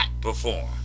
perform